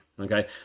Okay